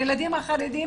הילדים החרדים